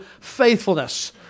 faithfulness